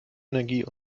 energie